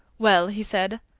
well, he said,